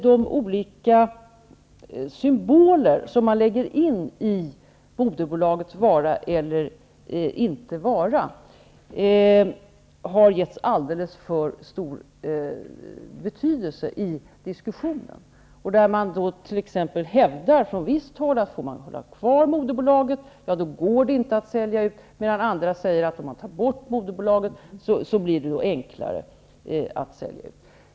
De olika symboler man lägger in i moderbolagets vara eller inte vara har enligt min uppfattning getts alldeles för stor betydelse i diskussionen. Man hävdar t.ex. från visst håll att det inte går att sälja ut om man behåller moderbolaget, medan andra säger att det blir enklare att sälja ut om man tar bort moderbolaget.